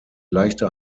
leichter